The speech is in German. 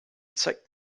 zeigt